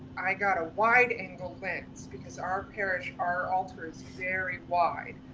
i got a wide angle lens because our parish, our altar is very wide.